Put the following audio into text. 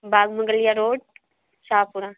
Bagh Mangaliya road Shahpura